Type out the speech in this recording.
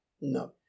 No